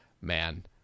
man